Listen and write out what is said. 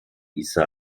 isa